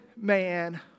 man